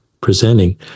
presenting